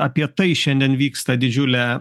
apie tai šiandien vyksta didžiulė